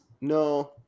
no